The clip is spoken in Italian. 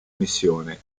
missione